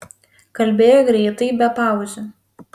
kalbėjo greitai be pauzių